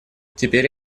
теперь